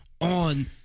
on